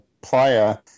player